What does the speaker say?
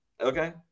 okay